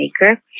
maker